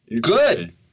Good